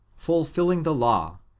fulfilling the law,